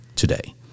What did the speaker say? Today